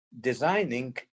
designing